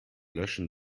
löschen